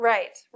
Right